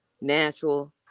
natural